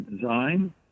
design